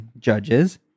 judges